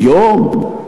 יום?